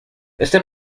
este